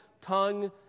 tongue